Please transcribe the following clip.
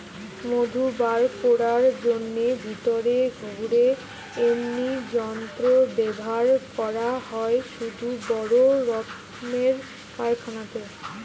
মধু বার কোরার জন্যে ভিতরে ঘুরে এমনি যন্ত্র ব্যাভার করা হয় শুধু বড় রক্মের কারখানাতে